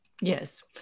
Yes